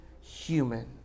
human